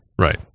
Right